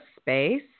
space